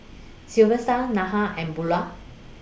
Silvester Neha and Beula